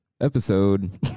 episode